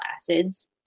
acids